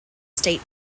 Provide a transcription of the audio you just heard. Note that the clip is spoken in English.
state